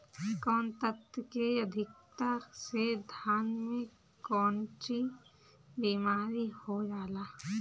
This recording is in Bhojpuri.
कौन तत्व के अधिकता से धान में कोनची बीमारी हो जाला?